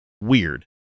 weird